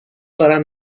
دارم